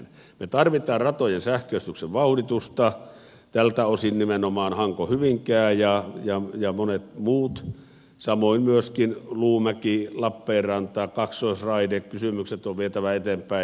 me tarvitsemme ratojen sähköistyksen vauhditusta tältä osin nimenomaan hankohyvinkää ja monet muut samoin myöskin luumäkilappeenranta kaksoisraidekysymykset on vietävä eteenpäin